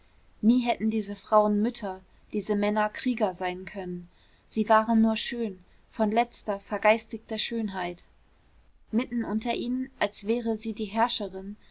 nie hätten diese frauen mütter diese männer krieger sein können sie waren nur schön von letzter vergeistigter schönheit mitten unter ihnen als wäre sie die herrscherin